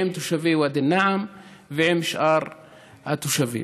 עם תושבי ואדי א-נעם ועם שאר התושבים.